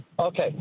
Okay